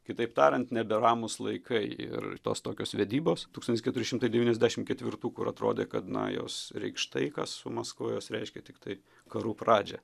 kitaip tariant neberamūs laikai ir tos tokios vedybos tūkstantis keturi šimtai devyniasdešim ketvirtų kur atrodė kad na jos reikš taiką su maskva jos reiškė tiktai karų pradžią